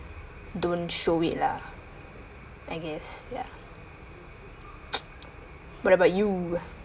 don't show it lah I guess ya what about you